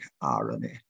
irony